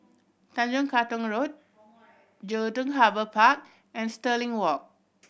Tanjong Katong Road Jelutung Harbour Park and Stirling Walk